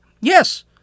Yes